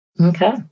Okay